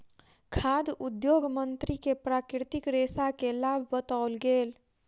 खाद्य उद्योग मंत्री के प्राकृतिक रेशा के लाभ बतौल गेल